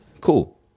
Cool